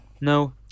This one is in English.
No